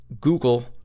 Google